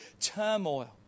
turmoil